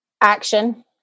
Action